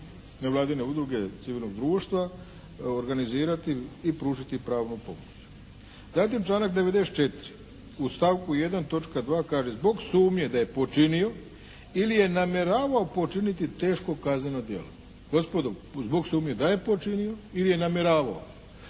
nevladine udruge civilnog društva organizirati i pružiti pravnu pomoć. Zatim članak 94. u stavku 1. točka 2. kaže: "Zbog sumnje da je počinio ili je namjeravao počiniti teško kazneno djelo,", gospodo zbog sumnje da je počinio ili je namjeravao